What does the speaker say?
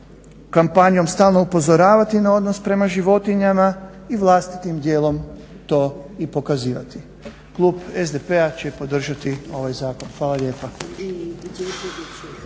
kampanjom stalno upozoravati na odnos prema životinjama i vlastitim djelom to i pokazivati. Klub SDP-a će podržati ovaj zakon. Hvala lijepa.